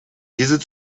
diese